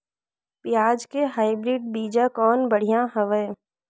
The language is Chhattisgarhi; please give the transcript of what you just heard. पियाज के हाईब्रिड बीजा कौन बढ़िया हवय?